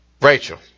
Rachel